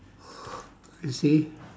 you see